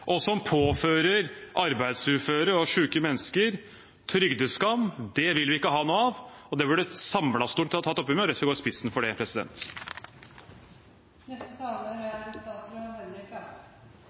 og påfører arbeidsuføre og syke mennesker trygdeskam. Det vil vi ikke ha noe av, og det burde et samlet storting tatt opp. Vi skal gå i spissen for det.